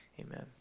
amen